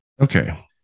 Okay